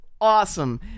awesome